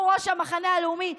הוא ראש המחנה הלאומי,